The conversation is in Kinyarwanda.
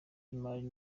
y’imari